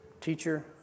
Teacher